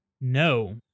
No